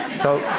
so